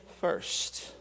first